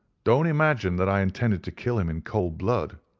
don't imagine that i intended to kill him in cold blood.